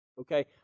okay